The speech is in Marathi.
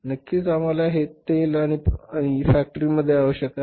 नक्कीच आम्हाला ते तेल आणि पाणी फॅक्टरी मध्ये आवश्यक आहे